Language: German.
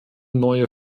neue